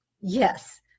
yes